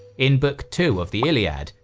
in book two of the iliad,